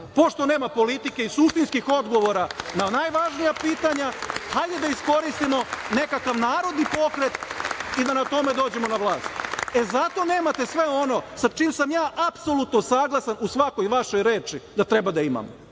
Pošto nema politike i suštinskih odgovora na najvažnija pitanja, hajde da iskoristimo nekakav narodni pokret i da na tome dođemo na vlast. Zato nemate sve ono sa čim sam ja apsolutno saglasan u svakoj vašoj reči da treba da imamo.